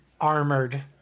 armored